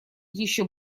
еще